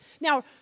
now